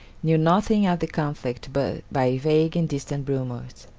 knew nothing of the conflict but by vague and distant rumors.